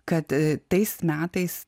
kad tais metais